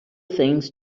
things